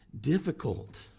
difficult